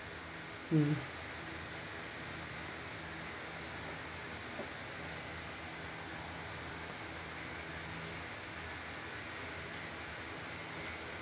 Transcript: mm